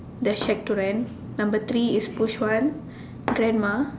let's check right number three is push one grandma